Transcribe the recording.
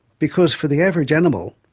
because for the average animal,